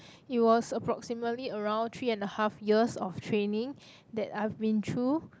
it was approximately around three and a half years of training that I've been through